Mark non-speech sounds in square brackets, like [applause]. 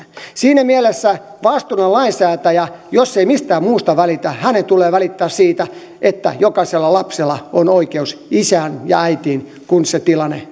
siinä mielessä vastuullisen lainsäätäjän jos ei mistään muusta välitä tulee välittää siitä että jokaisella lapsella on oikeus isään ja äitiin kun se tilanne [unintelligible]